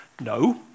No